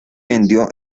vendió